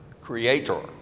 creator